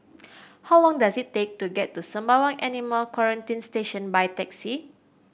how long does it take to get to Sembawang Animal Quarantine Station by taxi